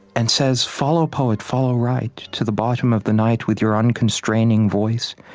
and says, follow, poet, follow right, to the bottom of the night, with your unconstraining voice,